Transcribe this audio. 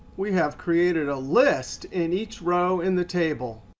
we have created a list. in each row in the table.